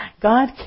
God